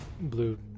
blue